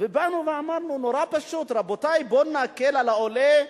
ובאנו ואמרנו דבר מאוד פשוט: בואו נקל על העולה,